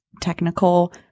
technical